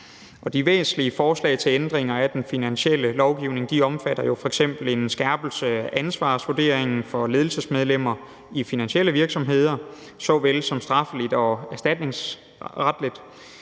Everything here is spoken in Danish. De væsentlige forslag til ændringer af den finansielle lovgivning omfatter jo f.eks. en skærpelse af ansvarsvurderingen for ledelsesmedlemmer i finansielle virksomheder strafferetligt såvel som erstatningsretligt,